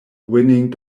winning